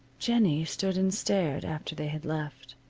jennie stood and stared after they had left,